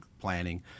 planning